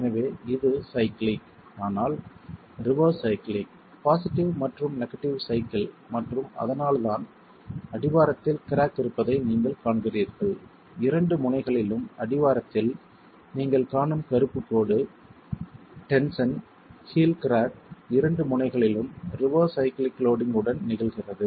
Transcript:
எனவே இது சைக்ளிக் ஆனால் ரிவெர்ஸ் சைக்ளிக் பாசிட்டிவ் மற்றும் நெகடிவ் சைக்கிள் மற்றும் அதனால்தான் அடிவாரத்தில் கிராக் இருப்பதை நீங்கள் காண்கிறீர்கள் இரண்டு முனைகளிலும் அடிவாரத்தில் நீங்கள் காணும் கருப்புக் கோடு டென்ஷன் ஹீல் கிராக் இரண்டு முனைகளிலும் ரிவெர்ஸ் சைக்ளிக் லோடிங் உடன் நிகழ்கிறது